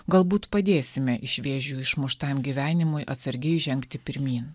galbūt padėsime iš vėžių išmuštam gyvenimui atsargiai žengti pirmyn